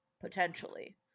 potentially